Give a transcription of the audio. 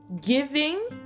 giving